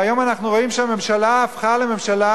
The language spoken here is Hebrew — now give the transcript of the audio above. והיום אנחנו רואים שהממשלה הפכה לממשלה